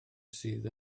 sydd